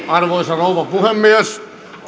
arvoisa rouva puhemies